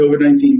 COVID-19